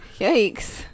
Yikes